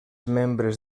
membres